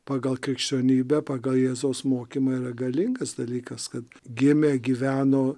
pagal krikščionybę pagal jėzaus mokymą yra galingas dalykas kad gimė gyveno